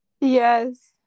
Yes